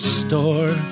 store